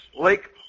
Lake